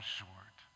short